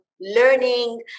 learning